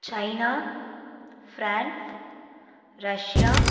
China France Russia